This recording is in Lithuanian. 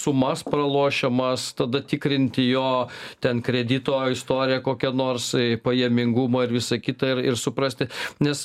sumas pralošiamas tada tikrinti jo ten kredito istoriją kokią nors pajamingumo ir visa kita ir ir suprasti nes